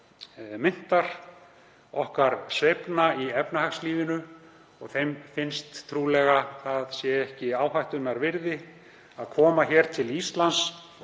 myntar okkar, sveiflnanna í efnahagslífinu og þeim finnst trúlega það sé ekki áhættunnar virði að koma hér til Íslands